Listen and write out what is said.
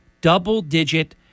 double-digit